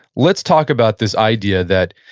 let's talk about this idea that,